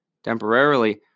temporarily